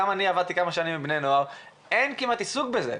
עבדתי כמה שנים עם בני נוער, אין כמעט עיסוק בזה.